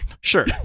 Sure